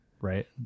right